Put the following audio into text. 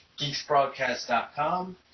geeksbroadcast.com